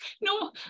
no